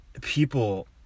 people